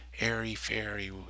airy-fairy